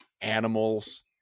animals